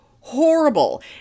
horrible